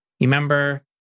remember